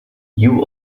you